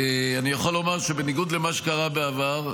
אני יכול לומר שבניגוד למה שקרה בעבר,